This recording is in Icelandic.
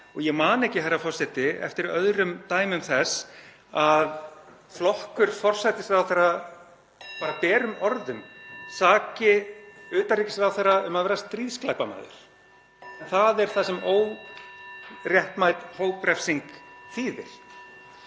Ég man ekki, herra forseti, eftir öðrum dæmum þess að flokkur forsætisráðherra saki bara berum orðum utanríkisráðherra um að vera stríðsglæpamaður, en það er það sem óréttmæt hóprefsing þýðir.